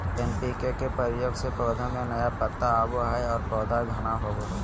NPK के प्रयोग से पौधा में नया पत्ता आवो हइ और पौधा घना होवो हइ